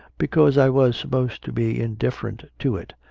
because i was supposed to be indifferent to it,